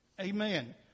Amen